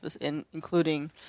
including